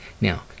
Now